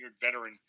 veteran